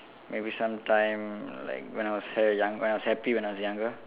maybe sometime like when I was err young when I was happy when I was younger